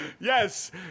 yes